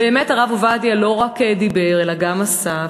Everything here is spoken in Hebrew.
באמת הרב עובדיה לא רק דיבר אלא גם עשה,